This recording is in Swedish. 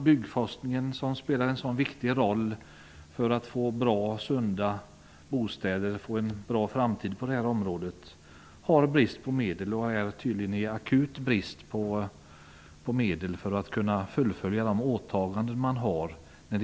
Byggforskningen, som spelar en sådan viktig roll för att vi skall få bra, sunda bostäder och en bra framtid på det här området, har tydligen akut brist på medel och har därför problem att fullfölja de åtaganden man har.